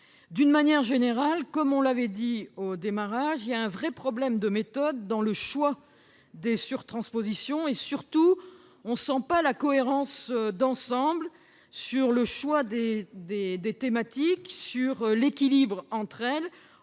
D'une manière générale, comme je l'ai dit au début de mon propos, il y a un vrai problème de méthode dans le choix des surtranspositions. Surtout, on ne voit pas la cohérence d'ensemble sur le choix des thématiques, sur l'équilibre entre elles